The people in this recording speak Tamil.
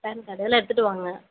பான் கார்டு எல்லாம் எடுத்துகிட்டு வாங்க